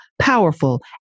powerful